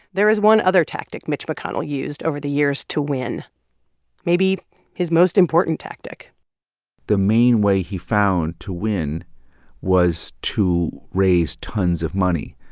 there is one other tactic mitch mcconnell used over the years to win maybe his most important tactic the main way he found to win was to raise tons of money,